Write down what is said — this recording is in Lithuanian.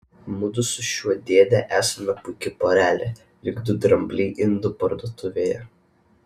mudu su šiuo dėde esame puiki porelė lyg du drambliai indų parduotuvėje